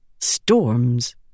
storms